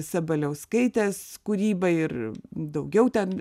sabaliauskaitės kūryba ir daugiau ten